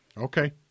Okay